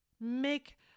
make